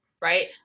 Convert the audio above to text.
right